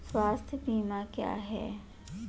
स्वास्थ्य बीमा क्या है?